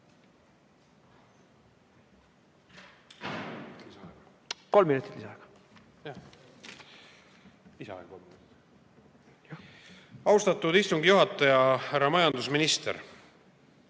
Kolm minutit lisaaega.